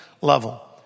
level